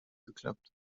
geklappt